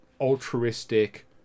altruistic